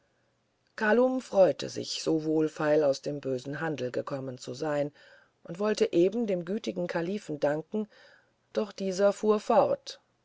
kalum freute sich so wohlfeil aus dem bösen handel zu kommen und wollte eben dem gütigen kalifen danken doch dieser fuhr fort